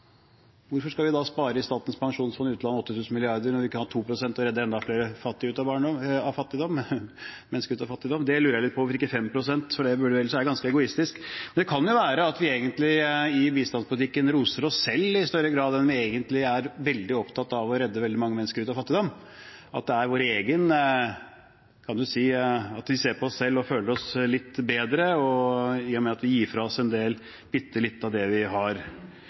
hvorfor ikke 2 pst? Hvorfor skal vi spare 8 000 mrd. kr i Statens pensjonsfond utland når vi kan ta 2 pst. og redde enda flere mennesker ut av fattigdom? Det lurer jeg litt på. Hvorfor ikke 5 pst.? Ellers er det ganske egoistisk. Det kan jo være at vi i bistandspolitikken egentlig i større grad roser oss selv enn å være veldig opptatt av å redde veldig mange mennesker ut av fattigdom. Vi ser på oss selv og føler oss litt bedre i og med at vi gir fra oss en del, bitte litt, av det vi har.